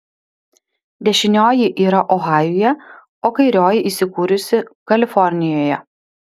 dešinioji yra ohajuje o kairioji įsikūrusi kalifornijoje